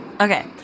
Okay